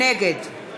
נגד